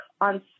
on